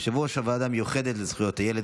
יושב-ראש הוועדה המיוחדת לזכויות הילד,